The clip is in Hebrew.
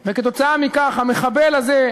וכתוצאה מכך המחבל הזה,